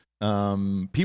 People